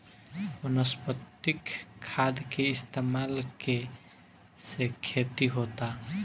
वनस्पतिक खाद के इस्तमाल के से खेती होता